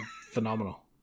phenomenal